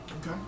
Okay